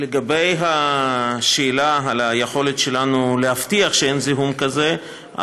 לגבי השאלה על היכולת שלנו להבטיח שאין זיהום כזה,